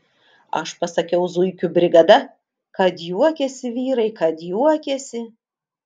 aš pasakiau zuikių brigada kad juokėsi vyrai kad juokėsi